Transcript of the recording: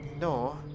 No